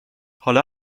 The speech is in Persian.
حالا